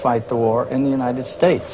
fight the war in the united states